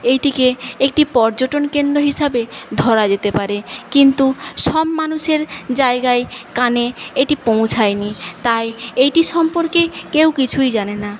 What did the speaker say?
এটিকে একটি পর্যটন কেন্দ্র হিসাবে ধরা যেতে পারে কিন্তু সব মানুষের জায়গায় কানে এটি পৌঁছায়নি তাই এটি সম্পর্কে কেউ কিছুই জানে না